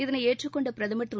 இதனை ஏற்றுக் கொண்ட பிரதமர் திரு